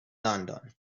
london